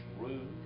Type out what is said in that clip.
rude